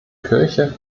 kirche